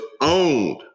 owned